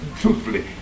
truthfully